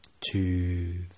two